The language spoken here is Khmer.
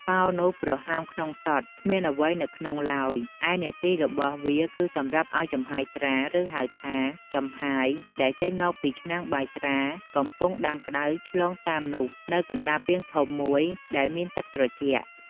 ប៉ោលនោះប្រហោងក្នុងសុទ្ធ គ្មានអ្វីនៅក្នុងឡើយ ឯនាទីរបស់វាគឺសម្រាប់ឲ្យចំហាយស្រា ហៅថា «ចំហាយ» ដែលចេញមកពីឆ្នាំងបាយស្រាកំពុងដាំក្តៅឆ្លងតាមនោះនៅកណ្តាលពាងធំមួយដែលមានទឹកត្រជាក់។